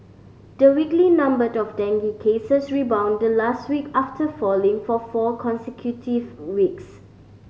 the weekly numbered of dengue cases rebounded last week after falling for four consecutive weeks